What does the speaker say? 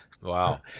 Wow